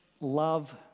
love